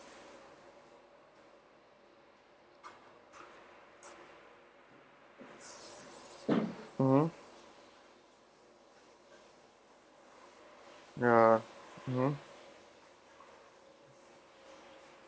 mmhmm ya mmhmm